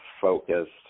focused